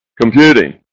Computing